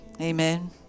Amen